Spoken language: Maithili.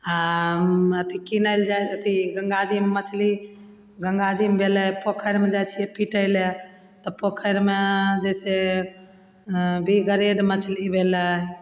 आओर अथी कीनल जाइ अथी गंगा जीमे मछली गंगा जीमे भेलय पोखरिमे जाय छियै पीटय लए तऽ पोखरिमे जैसे बी ग्रेड मछली भेलय